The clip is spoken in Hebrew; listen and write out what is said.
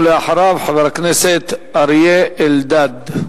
ואחריו, חבר הכנסת אריה אלדד.